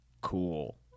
cool